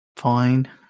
Fine